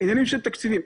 עניינים של תקציבים.